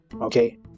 okay